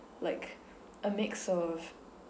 like a mix of